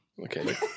Okay